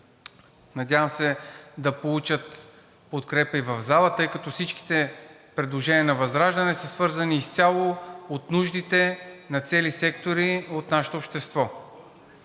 Надявам се да получат подкрепа и в залата, тъй като всичките предложения на ВЪЗРАЖДАНЕ са свързани изцяло с нуждите на цели сектори от нашето общество.